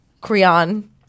Creon